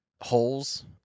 holes